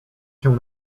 się